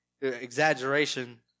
exaggeration